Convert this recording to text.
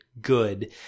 good